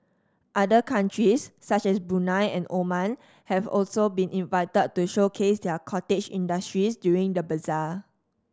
other countries such as Brunei and Oman have also been invited to showcase their cottage industries during the bazaar